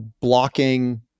blocking